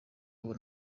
ubu